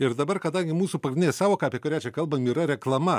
ir dabar kadangi mūsų pagrindinė sąvoka apie kurią čia kalbam yra reklama